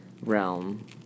realm